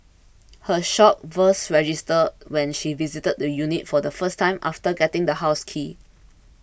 her shock first registered when she visited the unit for the first time after getting the house key